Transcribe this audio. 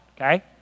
okay